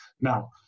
Now